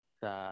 sa